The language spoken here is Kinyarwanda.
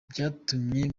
byatumye